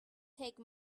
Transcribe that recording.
take